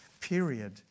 period